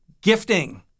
gifting